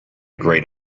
great